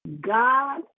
God